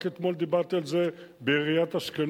רק אתמול דיברתי על זה בעיריית אשקלון,